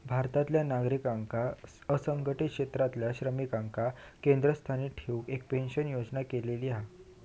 भारतातल्या नागरिकांका असंघटीत क्षेत्रातल्या श्रमिकांका केंद्रस्थानी ठेऊन एक पेंशन योजना केलेली हा